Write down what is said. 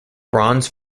bronze